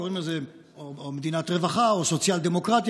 וקוראים לזה או "מדינת רווחה" או "סוציאל-דמוקרטיה".